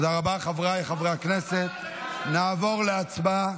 ברוך הבא לממשל הצבאי.